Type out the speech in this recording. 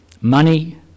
money